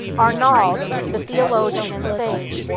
arnauld, the theologian and sage,